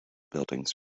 buildings